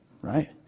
Right